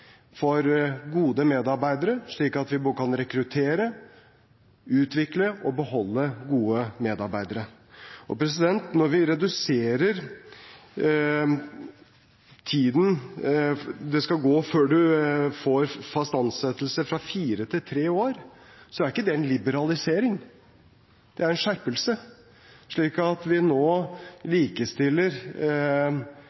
for gode medarbeidere, slik at vi både kan rekruttere, utvikle og beholde gode medarbeidere. Når vi reduserer tiden det skal gå før man får fast ansettelse, fra fire til tre år, er det ikke en liberalisering, det er en skjerpelse. Vi likestiller nå regelverket i staten med privat sektor, ved at